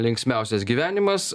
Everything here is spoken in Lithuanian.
linksmiausias gyvenimas